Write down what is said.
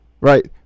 Right